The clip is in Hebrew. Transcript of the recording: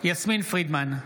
יסמין פרידמן,